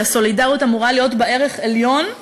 שהסולידריות אמורה להיות בה ערך עליון,